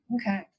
Okay